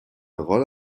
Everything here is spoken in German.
rolle